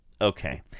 Okay